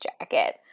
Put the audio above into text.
jacket